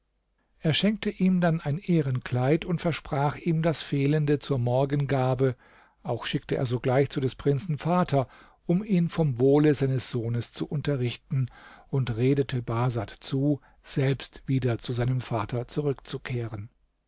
er schenkte ihm dann ein ehrenkleid und versprach ihm das fehlende zur morgengabe auch schickte er sogleich zu des prinzen vater um ihn vom wohle seines sohnes zu unterrichten und redete bahsad zu selbst wieder zu seinem vater zurückzukehren